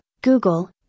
Google